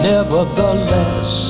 Nevertheless